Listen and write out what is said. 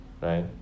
right